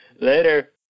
Later